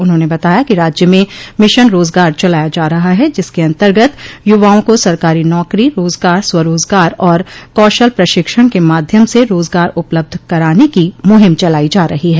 उन्होंने बताया कि राज्य में मिशन रोजगार चलाया जा रहा है जिसके अनतर्गत यूवाओं को सरकारी नौकरी रोजगार स्वरोजगार और कौशल प्रशिक्षण के माध्यम से रोजगार उपलब्ध कराने की मुहिम चलाई जा रही है